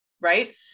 right